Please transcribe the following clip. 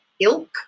ilk